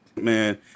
man